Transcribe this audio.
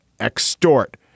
extort